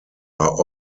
are